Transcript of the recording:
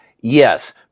Yes